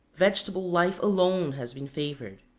vegetable life alone has been favored.